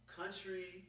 country